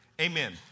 Amen